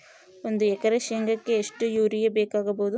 ಒಂದು ಎಕರೆ ಶೆಂಗಕ್ಕೆ ಎಷ್ಟು ಯೂರಿಯಾ ಬೇಕಾಗಬಹುದು?